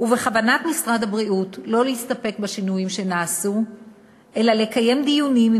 ובכוונת משרד הבריאות לא להסתפק בשינויים שנעשו אלא לקיים דיונים עם